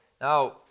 Now